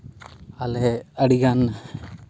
ᱟᱞᱮ ᱟᱹᱰᱤᱜᱟᱱ